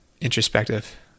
introspective